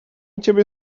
ciebie